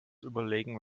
überlegen